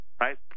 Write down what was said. right